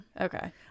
okay